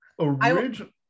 Original